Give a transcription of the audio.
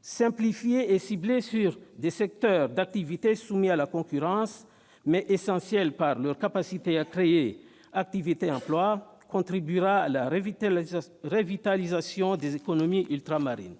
simplifié et ciblé sur des secteurs d'activités soumis à la concurrence, mais essentiels par leur capacité à créer activité et emplois, contribuera à la revitalisation des économies ultramarines.